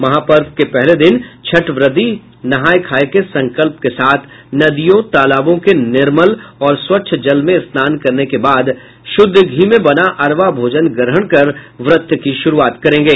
महापर्व के पहले दिन छठव्रती नहाय खाय के संकल्प के साथ नदियों तालाबों के निर्मल और स्वच्छ जल में स्नान करने के बाद शुद्ध घी में बना अरवा भोजन ग्रहण कर व्रत की शुरूआत करेंगे